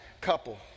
couple